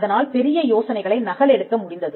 அதனால் பெரிய யோசனைகளை நகலெடுக்க முடிந்தது